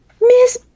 Miss